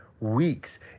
weeks